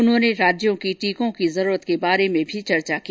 उन्होंने राज्यों की टीकों की जरूरतों के बारे में भी चर्चा की